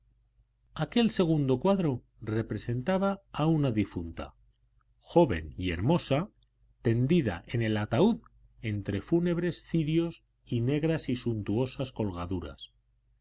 aquel segundo cuadro representaba a una difunta joven y hermosa tendida en el ataúd entre fúnebres cirios y negras y suntuosas colgaduras